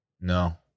No